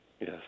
Yes